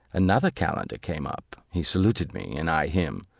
another calender came up he saluted me, and i him